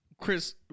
Chris